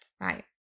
right